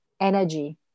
energy